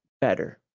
better